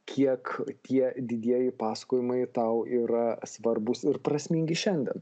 kiek tie didieji pasakojimai tau yra svarbūs ir prasmingi šiandien